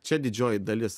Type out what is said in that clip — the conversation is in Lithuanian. čia didžioji dalis